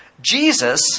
Jesus